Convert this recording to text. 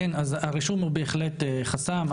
הרישום הוא בהחלט חסם,